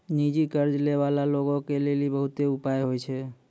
निजी कर्ज लै बाला लोगो के लेली बहुते उपाय होय छै